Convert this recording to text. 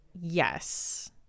Yes